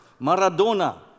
Maradona